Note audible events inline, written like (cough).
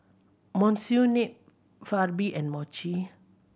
Monsunabe (unintelligible) and Mochi